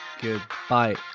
Goodbye